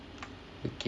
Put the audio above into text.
okay